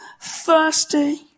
thirsty